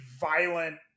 violent